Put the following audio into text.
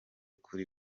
kuri